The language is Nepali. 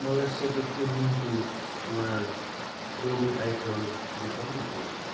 मलाई सबै ग्रुमिङ्गको समान ग्रुमिङ आइटम देखाउनुहोस्